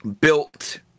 built